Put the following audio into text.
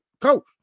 coach